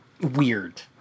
weird